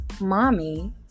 mommy